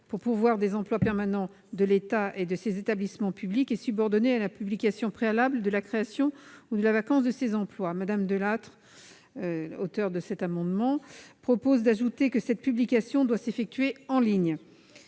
pour pourvoir des emplois permanents de l'État et de ses établissements publics est subordonné à la publication préalable de la création ou de la vacance de ces emplois. L'auteur de l'amendement, Mme Delattre, propose d'ajouter que cette publication doit s'effectuer « en ligne